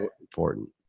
important